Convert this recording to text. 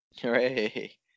Hooray